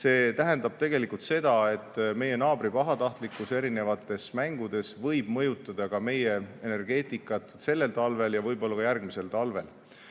See tähendab seda, et meie naabri pahatahtlikkus erinevates mängudes võib mõjutada meie energeetikat sellel talvel ja võib-olla ka järgmisel talvel.